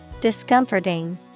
discomforting